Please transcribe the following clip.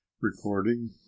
Recording